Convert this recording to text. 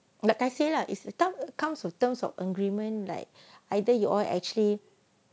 like I said lah is the thumb comes with terms of agreement like either you all actually